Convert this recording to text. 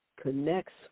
connects